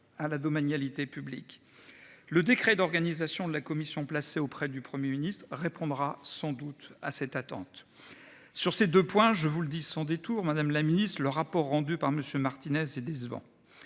à la domanialité publique le décret d'organisation de la commission placée auprès du Premier ministre répondra sans doute à cette attente. Sur ces 2 points. Je vous le dis sans détour Madame la Ministre le rapport rendu par Monsieur Martinez c'est décevant.